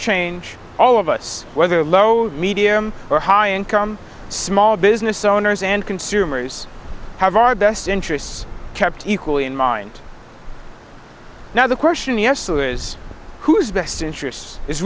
strange all of us whether low medium or high income small business owners and consumers have our best interests kept equally in mind now the